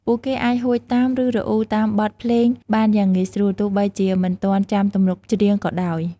ពួកគេអាចហួចតាម ឬរអ៊ូតាមបទភ្លេងបានយ៉ាងងាយស្រួល ទោះបីជាមិនទាន់ចាំទំនុកច្រៀងក៏ដោយ។